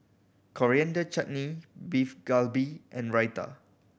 Coriander Chutney Beef Galbi and Raita